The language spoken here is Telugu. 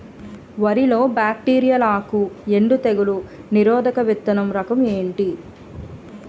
వరి లో బ్యాక్టీరియల్ ఆకు ఎండు తెగులు నిరోధక విత్తన రకం ఏంటి?